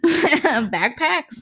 backpacks